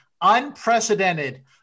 unprecedented